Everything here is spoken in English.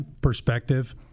perspective